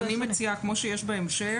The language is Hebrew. אני מציעה כמו שיש בהמשך,